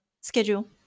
schedule